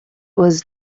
was